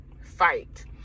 fight